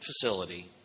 facility